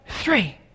three